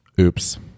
oops